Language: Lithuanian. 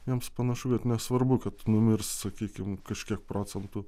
jiems panašu kad nesvarbu kad numirs sakykim kažkiek procentų